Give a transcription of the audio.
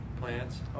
plants